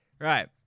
Right